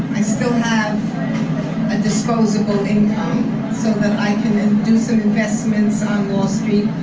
i still have a disposable income so that i can and do some investments on wall street,